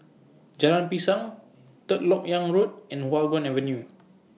Jalan Pisang Third Lok Yang Road and Hua Guan Avenue